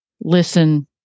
listen